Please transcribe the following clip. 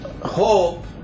hope